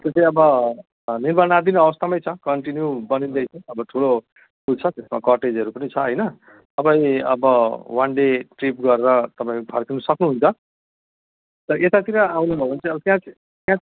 त्यो चाहिँ अब निर्माणाधीन अवस्थामै छ कन्टिन्यू बनिँदैछ अब ठुलो उ छ त्यसमा कटेजहरू पनि छ होइन तपाईँ अब वान डे ट्रिप गरेर तपाईँ फर्किनु सक्नुहुन्छ त यतातिर आउनु भयो भने चाहिँ अब त्यहाँ चाहिँ त्यहाँ चाहिँ